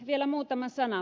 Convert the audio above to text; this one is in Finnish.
vielä muutama sana